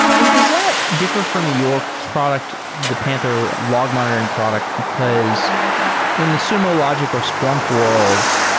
and does that differ from your product, the panther log monitoring product, because in the sumologic or splunk world,